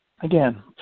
again